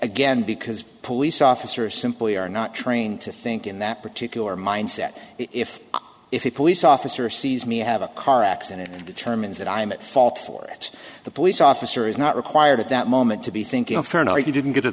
again because police officers simply are not trained to think in that particular mindset if if a police officer sees me have a car accident and determines that i am at fault for it the police officer is not required at that moment to be thinking of her no he didn't get